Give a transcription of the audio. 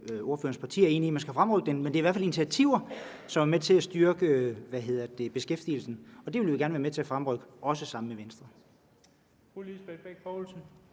ordførerens parti er uenig i, at man skal fremrykke det, men det er i hvert fald initiativer, som er med til at styrke beskæftigelsen. Det vil vi gerne være med til at fremrykke – også sammen med Venstre.